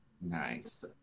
Nice